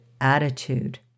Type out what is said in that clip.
attitude